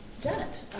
Janet